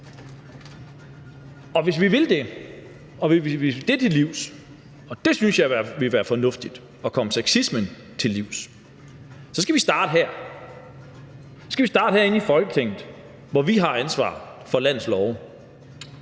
Og hvis vi vil det til livs – og jeg synes, det ville være fornuftigt at komme sexismen til livs – skal vi starte her. Så skal vi starte herinde i Folketinget, hvor vi har ansvaret for landets love.